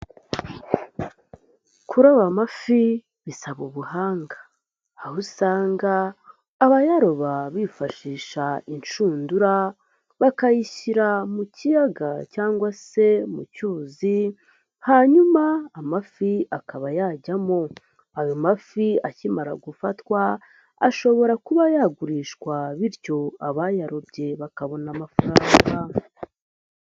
Kuroba amafi bisaba ubuhanga aho usanga abayaroba bifashisha inshundura, bakayishyira mu kiyaga cyangwa se mu cyuzi hanyuma amafi akaba yajyamo, ayo mafi akimara gufatwa ashobora kuba yagurishwa bityo abayarobye bakabona amafaranga.